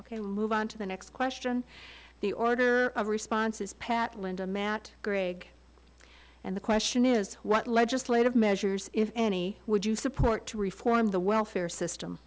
ok move on to the next question the order of response is pat linda matt greg and the question is what legislative measures if any would you support to reform the welfare system